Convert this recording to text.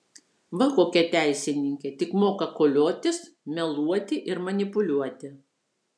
va kokia teisininkė tik moka koliotis meluoti ir manipuliuoti